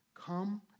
Come